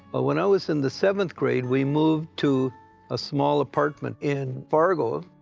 ah when i was in the seventh grade we moved to a small apartment in fargo.